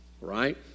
right